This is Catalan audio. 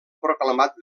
proclamat